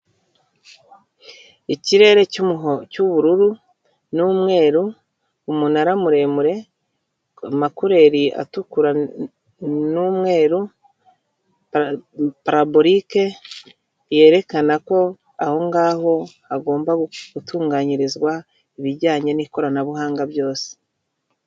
Ikirere cy'ubururu n'umweru, umunara muremure, amakureri atukura n'umweru paraburike yerekana ko aho ngaho hagomba gutunganyirizwa ibijyanye n'ikoranabuhanga byose.